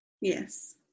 Yes